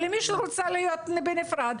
למי שרוצה להיות בנפרד.